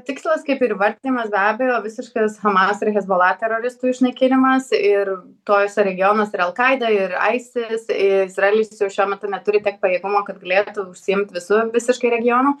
tikslas kaip ir įvardijamas be abejo visiškas hamas ir hezbollah teroristų išnaikinimas ir tuose regionuose ir al kaida ir isis izraelis tiesiog šiuo metu neturi tiek pajėgumų kad galėtų užsiimt visu visiškai regionu